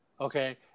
okay